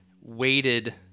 weighted